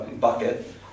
bucket